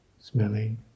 smelling